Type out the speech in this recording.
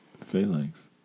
Phalanx